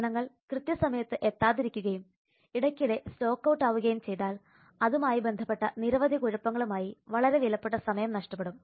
സാധനങ്ങൾ കൃത്യസമയത്ത് എത്താതിരിക്കുകയും ഇടയ്ക്കിടെ സ്റ്റോക്ക് ഔട്ട് ആവുകയും ചെയ്താൽ അതുമായി ബന്ധപ്പെട്ട നിരവധി കുഴപ്പങ്ങളും ആയി വളരെ വിലപ്പെട്ട സമയം നഷ്ടപ്പെടും